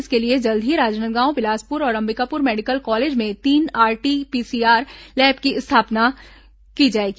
इसके लिए जल्द ही राजनांदगांव बिलासपुर और अंबिकापुर मेडिकल कॉलेज में तीन आरटी पीसीआर लैब की स्थापना की जाएगी